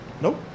Nope